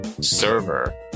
server